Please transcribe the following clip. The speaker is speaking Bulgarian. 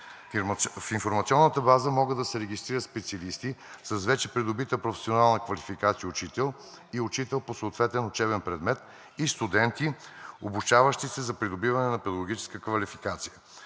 В информационната база могат да се регистрират специалисти с вече придобита професионална квалификация „учител“ и учител по съответен учебен предмет, и студенти, обучаващи се за придобиване на педагогическа квалификация.